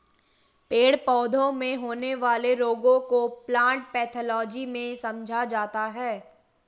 पेड़ पौधों में होने वाले रोगों को प्लांट पैथोलॉजी में समझा जाता है